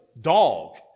dog